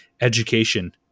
education